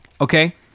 Okay